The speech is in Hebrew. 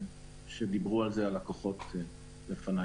כפי שאמרו לפניי.